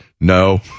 No